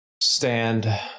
Stand